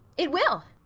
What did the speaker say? it will.